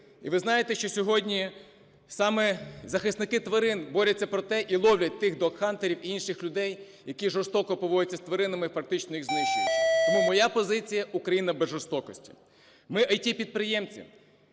І ви знаєте, що сьогодні саме захисники тварин борються про те і ловлять тих догхантерів і інших людей, які жорстко поводяться з тваринами, фактично їх знищуючи Тому моя позиція – Україна без жорстокості. Ми – ІТ-підприємці.